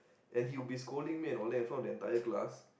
and he was been scolding me in front of entire class